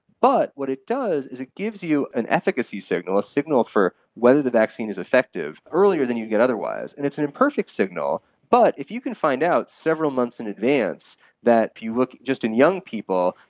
but what it does is it gives you an efficacy signal, a signal for whether the vaccine is effective earlier than you'd get otherwise, and it's an imperfect signal. but if you can find out several months in advance that if you look at just in young people,